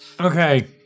Okay